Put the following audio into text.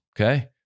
Okay